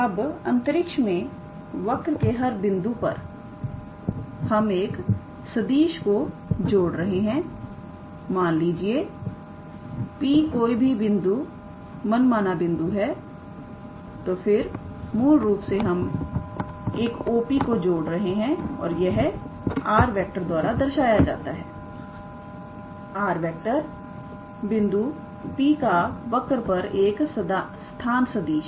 अब अंतरिक्ष में वर्क के हर बिंदु पर हम एक सदिश को जोड़ रहे हैं मान लीजिए P कोई भी मन माना बिंदु है तो फिर मूल से हम एक OP को जोड़ रहे हैं और यह 𝑟⃗ द्वारा दर्शाया जाता है 𝑟⃗ बिंदु P का वर्क पर एक स्थान सदिश है